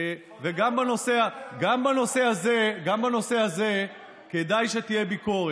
גם בנושא הזה כדאי שתהיה ביקורת.